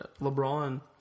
LeBron